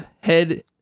head